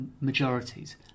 majorities